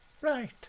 Right